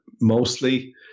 mostly